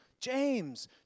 James